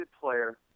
player